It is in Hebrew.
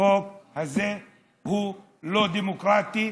החוק הזה הוא לא דמוקרטי,